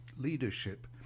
leadership